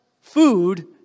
food